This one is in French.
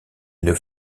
une